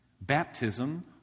Baptism